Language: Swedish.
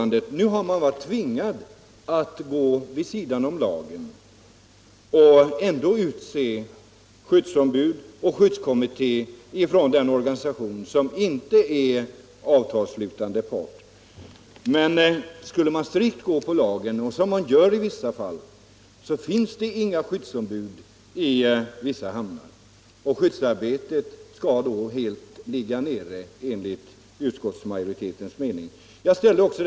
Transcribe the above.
Nu har man varit tvingad att gå vid sidan av lagen och låta den organisation som inte är avtalsslutande part utse skyddsombud och skyddskommitté. Skulle man strikt följa lagen. något som man gör i vissa fall, blir det inga skyddsombud i en del hamnar, och skvddsarbetet skall då enligt utskottsmajoritetens mening ligga helt nere.